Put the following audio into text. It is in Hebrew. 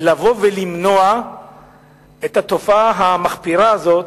לבוא ולמנוע את התופעה המחפירה הזאת,